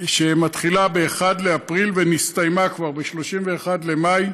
עונה שמתחילה ב-1 באפריל ונסתיימה כבר ב-31 במאי,